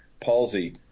palsy